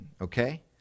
okay